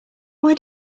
why